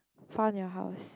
found your house